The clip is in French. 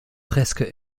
presque